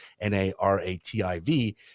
N-A-R-A-T-I-V